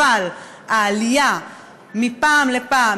אבל העלייה מפעם לפעם,